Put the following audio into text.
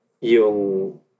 yung